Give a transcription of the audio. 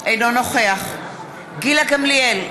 נוכח גילה גמליאל,